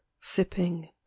sipping